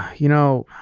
you know,